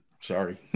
Sorry